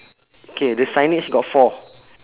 K the signage got four